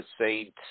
saint